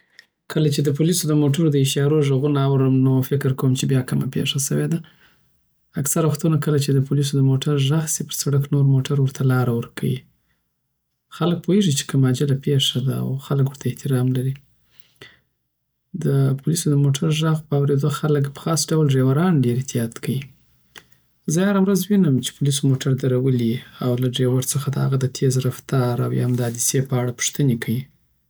کله چی د پولیسو د موټر د اشارو ږغونه اورم نو فکر کوم چی بیا کومه پیښه سوی ده اکثره وختونه کله چی دپولیسو دموټرږغ سی په سړک نور موټړ ورته لاره ورکوی خلک پوهیږی چی کومه عاجله پیښه ده او خلک ورته احترام لری دپولیسو دو موټر دږغ په اورید خلک او په خاص ډول ډریوران ډیر احتیاط کوی زه یی هره ورځ وینم کی چی پولیسو موټړ درولی وی او له ډرایور څخه د هغه د د تیر رفتار او یا هم حادثی په اړه پوښتنی کوی